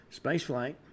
spaceflight